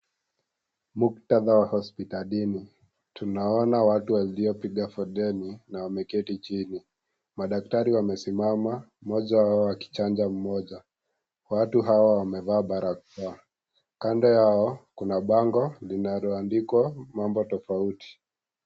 Muktadha wa hospitalini tunaona watu waliopiga foleni na wameketi chini madaktari wamesimama mmoja wao akichanja mmoja watu hawa wamevaa barakoa kando yao kuna bango linaloandikwa mambo tofauti.